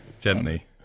gently